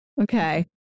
Okay